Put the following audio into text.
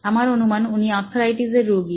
আমার অনুমান উনি আর্থারাইটিসের রোগী